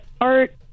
art